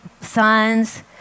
sons